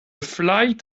flight